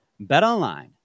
BetOnline